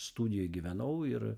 studijoj gyvenau ir